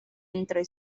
entre